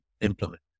implement